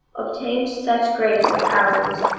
obtain such grace of hours,